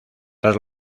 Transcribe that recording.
tras